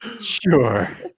Sure